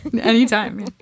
Anytime